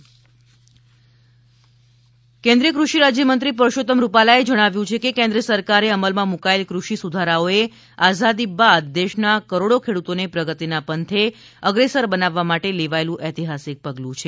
પરષોત્તમ રૂપાલા પત્રકાર પરિષદ કેન્દ્રિય કૃષિ રાજ્યમંત્રી પરસોત્તમ રૂપાલાએ જણાવ્યું છે કે કેન્દ્ર સરકારે અમલમાં મુકાયેલા કૃષિ સુધારાઓએ આઝાદી બાદ દેશના કરોડો ખેડૂતોને પ્રગતિના પંથે અગ્રેસર બનાવવા માટે લેવાયેલું ઐતિહાસિક પગલું છે